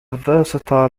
versatile